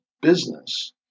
business